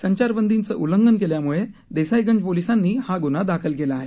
संचारबंदीचं उल्लंघन केल्याम्ळे देसाईगंज पोलिसांनी हा गुन्हा दाखल केला आहे